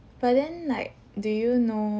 but then like do you know